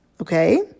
okay